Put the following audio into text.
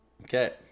Okay